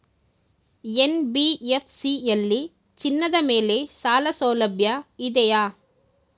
NBFC ಯಲ್ಲಿ ಚಿನ್ನದ ಮೇಲೆ ಸಾಲಸೌಲಭ್ಯ ಇದೆಯಾ?